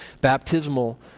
baptismal